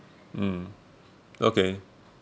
mm okay